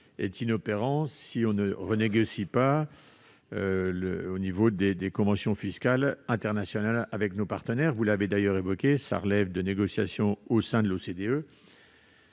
national si l'on ne renégocie pas les conventions fiscales internationales avec nos partenaires. Vous l'avez évoqué, cela relève de négociations au sein de l'OCDE.